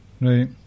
Right